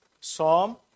psalm